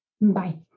bye